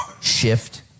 shift